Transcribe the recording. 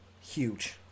huge